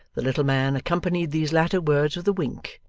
the little man accompanied these latter words with a wink,